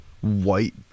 White